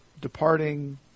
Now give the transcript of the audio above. departing